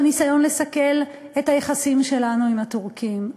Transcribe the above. ניסיון לסכל את היחסים שלנו עם הטורקים.